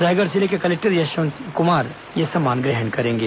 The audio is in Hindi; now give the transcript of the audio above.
रायगढ़ जिले के कलेक्टर यशवंत कुमार यह सम्मान ग्रहण करेंगे